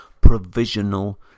provisional